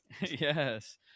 Yes